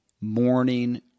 Morning